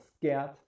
scared